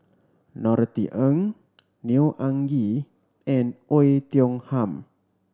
Norothy Ng Neo Anngee and Oei Tiong Ham